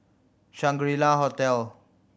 Shangri La Hotel